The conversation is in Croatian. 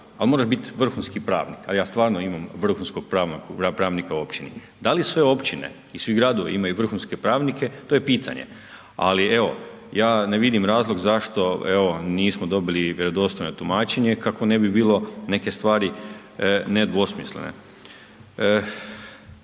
ali moraš biti vrhunski pravnik a ja stvarno imam vrhunskog pravnika u općini, da li sve općine i svi gradovi imaju vrhunske pravnike, to je pitanje ali evo, ja ne vidim razlog zašto evo nismo dobili vjerodostojno tumačenje kako ne bi bilo neke stvari nedvosmislene.